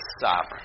sovereign